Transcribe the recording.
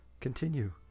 continue